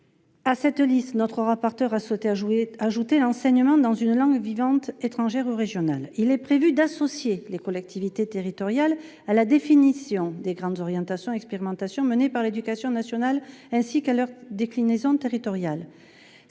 À cette liste, notre rapporteur a souhaité ajouter l'enseignement dans une langue vivante étrangère ou régionale. Il est prévu d'associer les collectivités territoriales à la définition « des grandes orientations et des expérimentations menées par l'éducation nationale ainsi qu'à leurs déclinaisons territoriales